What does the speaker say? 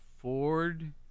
Ford